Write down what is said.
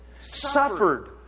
suffered